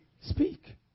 speak